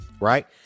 right